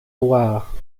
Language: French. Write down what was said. voir